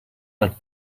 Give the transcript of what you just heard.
like